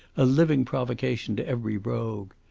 a living provocation to every rogue.